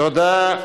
תודה.